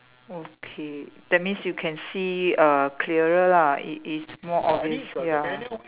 okay that means you can see uh clearer lah it is more obvious ya